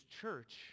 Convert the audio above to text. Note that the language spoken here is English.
church